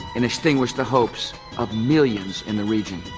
and extinguish the hopes of millions in the region.